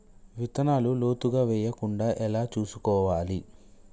విత్తనాలు లోతుగా వెయ్యకుండా ఎలా చూసుకోవాలి?